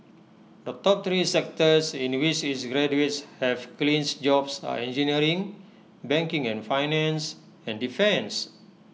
the top three sectors in which its graduates have clinched jobs are engineering banking and finance and defence